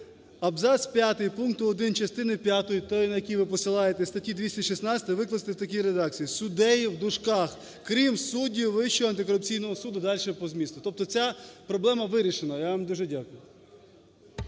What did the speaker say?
Абзац п'ятий пункту 1 частини п'ятої, той, на який ви посилаєтеся, статті 216 викласти в такій редакції: "Суддею (крім суддів Вищого антикорупційного суду)" – далі по змісту. Тобто ця проблема вирішена, я вам дуже дякую.